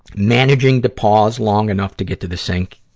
managing to pause long enough to get to the sink,